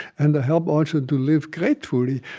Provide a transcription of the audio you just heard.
and a help, also, to live gratefully.